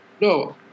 No